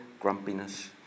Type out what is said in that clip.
grumpiness